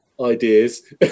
ideas